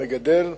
המגדל,